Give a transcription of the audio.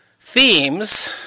themes